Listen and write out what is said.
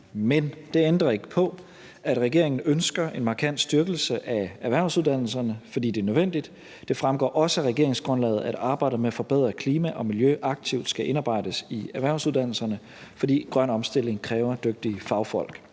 Men det ændrer ikke på, at regeringen ønsker en markant styrkelse af erhvervsuddannelserne, fordi det er nødvendigt. Det fremgår også af regeringsgrundlaget, at arbejdet med at forbedre klima og miljø aktivt skal indarbejdes i erhvervsuddannelserne, fordi grøn omstilling kræver dygtige fagfolk.